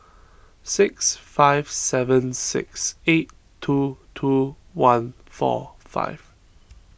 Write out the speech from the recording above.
six five seven six eight two two one four five